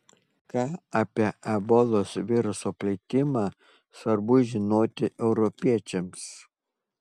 ką apie ebolos viruso plitimą svarbu žinoti europiečiams